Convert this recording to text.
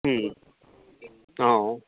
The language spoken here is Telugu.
అ